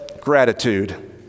gratitude